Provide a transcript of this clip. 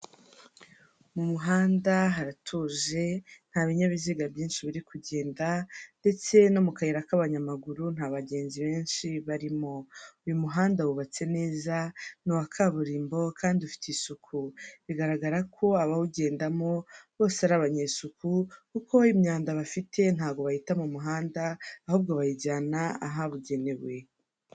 Mu muhanda haratuje, nta binyabiziga byinshi biri kugenda, ndetse no mu kayira k'abanyamaguru nta bagenzi benshi barimo, uyu muhanda wubatse neza, ni uwa kaburimbo kandi ufite isuku, bigaragara ko abawugendamo bose ari abanyesuku, kuko imyanda bafite ntago bayita mu muhanda, ahubwo bayijyana ahabugenewe.